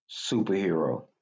superhero